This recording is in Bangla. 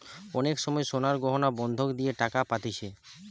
অনেক সময় সোনার গয়না বন্ধক দিয়ে টাকা পাতিছে